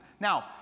Now